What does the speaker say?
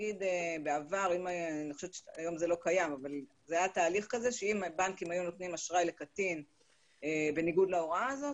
בעבר היה תהליך שאם בנקים היו נותנים אשראי לקטין בניגוד להוראה הזאת,